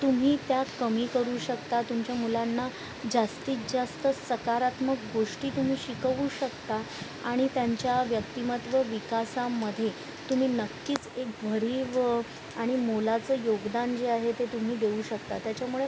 तुम्ही त्या कमी करू शकता तुमच्या मुलांना जास्तीत जास्त सकारात्मक गोष्टी तुम्ही शिकवू शकता आणि त्यांच्या व्यक्तिमत्त्व विकासामध्ये तुम्ही नक्कीच एक भरीव आणि मोलाचं योगदान जे आहे ते तुम्ही देऊ शकता त्याच्यामुळे